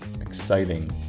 exciting